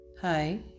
Hi